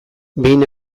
behin